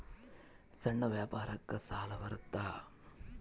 ಸಣ್ಣ ವ್ಯಾಪಾರಕ್ಕ ಸಾಲ ಬರುತ್ತಾ?